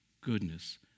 goodness